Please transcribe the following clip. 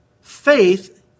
faith